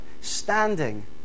standing